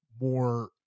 more